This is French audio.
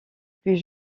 plus